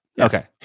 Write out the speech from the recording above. Okay